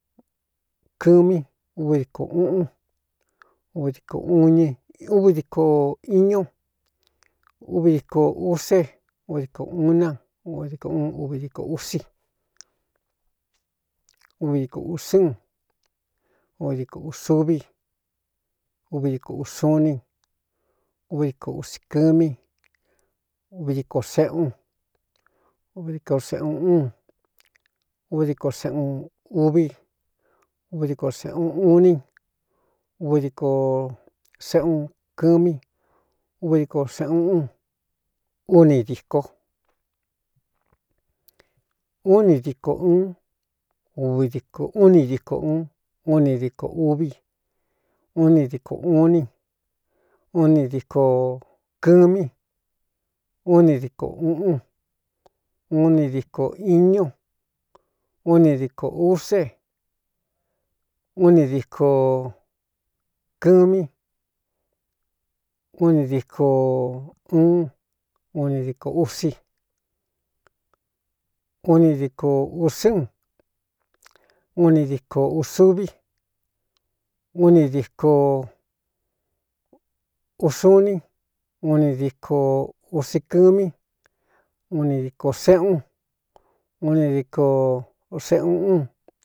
Kɨmí uvi dikō uꞌun duvi diko iño uvi diko use u diko uu na uv diko un uvi díko usí uvi dikūsɨ́n u diko ūsuví uvi dikoūsu iní uv diko usi kɨmí dikseꞌunvdiseꞌuꞌun uv diko seꞌꞌun uví uvi diko sēꞌꞌuun u iní uvi diko seꞌꞌun kɨmí uvi diko seꞌuꞌú uni dīko uni dikō uun dkúni diko ūun uni dikō uví unni dkō uu iní un ni díko kɨmí uni dikō uꞌun u ni díkō iñú uni dikō use uni diíko kɨmí uni diko ūún uni dikō usí uni diko usɨ́n uni diko ūsuví uni diíko usu iní uni diko usi kɨmí uni dikō seꞌꞌún uni diko seꞌuꞌu.